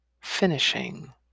finishing